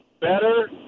better